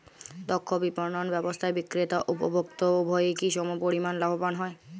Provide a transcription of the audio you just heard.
দক্ষ বিপণন ব্যবস্থায় বিক্রেতা ও উপভোক্ত উভয়ই কি সমপরিমাণ লাভবান হয়?